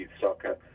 Soccer